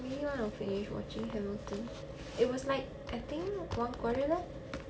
really wanna finish watching hamilton it was like I think one quarter left